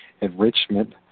enrichment